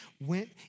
went